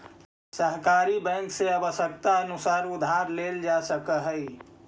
सहकारी बैंक से आवश्यकतानुसार उधार लेल जा सकऽ हइ